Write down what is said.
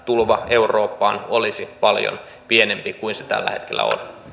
tulva eurooppaan olisi paljon pienempi kuin se tällä hetkellä